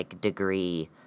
degree